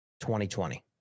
2020